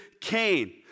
Cain